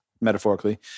metaphorically